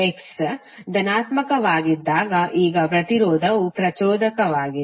X ಧನಾತ್ಮಕವಾಗಿದ್ದಾಗ ಈಗ ಪ್ರತಿರೋಧವು ಪ್ರಚೋದಕವಾಗಿದೆ